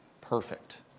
perfect